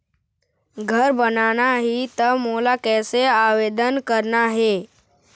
घर बनाना ही त मोला कैसे आवेदन करना हे?